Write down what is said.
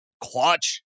Clutch